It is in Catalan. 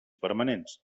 permanents